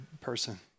person